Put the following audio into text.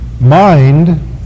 mind